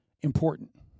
important